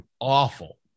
awful